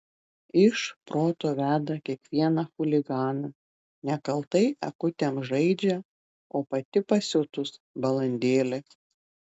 iš proto veda kiekvieną chuliganą nekaltai akutėm žaidžia o pati pasiutus balandėlė